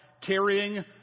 carrying